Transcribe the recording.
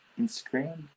Instagram